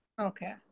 Okay